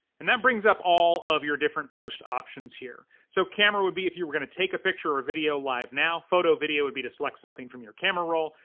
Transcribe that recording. and that brings up all of your different post options here. so camera would be if were gonna take a picture or a video live now, photo video would be to select something from your camera roll,